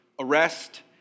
Arrest